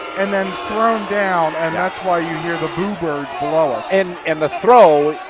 and then thrown down and that's why you hear the boo birds below us. and and, the throw,